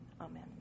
amen